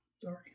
Sorry